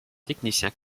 techniciens